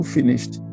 finished